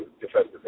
defensive